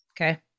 Okay